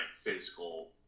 physical